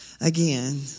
again